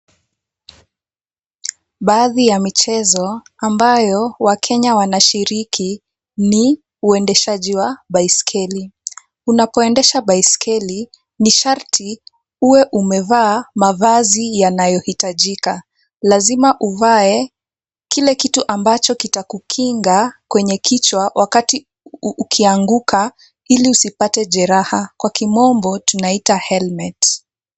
Baadhi ya michezo ambayo wakenya wanashiriki ni uendeshaji wa baiskeli. Unapoendesha baiskeli, ni sharti uwe umevaa mavazi yanayohitajika. Lazima uvae kile kitu ambacho kitakukinga kwenye kichwa wakati ukianguka ili usipate jeraha kwa kimombo tunaita helmet .